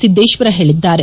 ಸಿದ್ದೇಶ್ವರ ಹೇಳಿದ್ದಾರೆ